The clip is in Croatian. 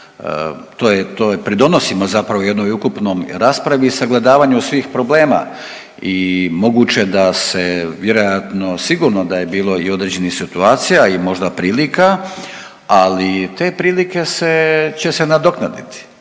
to je, pridonosimo zapravo jednoj ukupnom raspravi i sagledavanju svih problema i moguće da se vjerojatno sigurno da je bilo i određenih situacija i možda prilika, ali te prilike će se nadoknaditi.